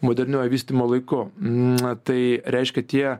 moderniuoju vystymo laiku na tai reiškia tie